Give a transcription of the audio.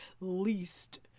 least